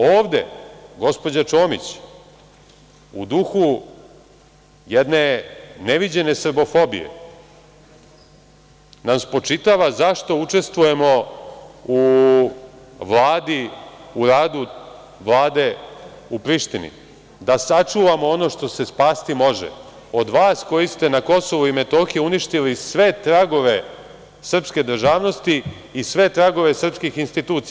Ovde nam gospođa Čomić, u duhu jedne neviđene srbofobije, spočitava zašto učestvujemo u vladi, u radu vlade u Prištini, da sačuvamo ono što se spasti može od vas koji ste na KiM uništili sve tragove srpske državnosti i sve tragove srpskih institucija.